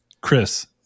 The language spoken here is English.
Chris